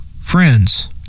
friends